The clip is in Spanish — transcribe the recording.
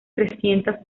trescientas